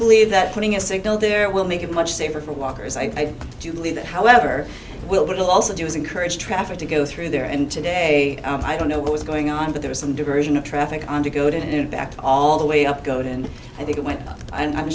believe that putting a signal there will make it much safer for walkers i do believe however will that also do is encourage traffic to go through there and today i don't know what was going on but there is some diversion of traffic on to go to do that all the way up go to and i think it went up and i'm